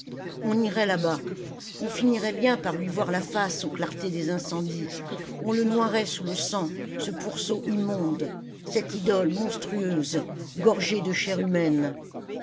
on irait là-bas on finirait bien par lui voir la face aux clartés des incendies on le noierait sous le sang ce pourceau immonde cette idole monstrueuse gorgée de chair humaine